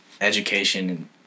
education